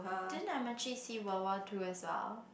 didn't see world war two as well